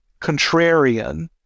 contrarian